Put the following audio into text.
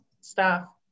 staff